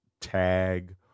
tag